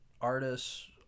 artists